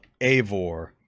avor